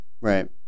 Right